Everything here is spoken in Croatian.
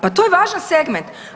Pa to je važan segment.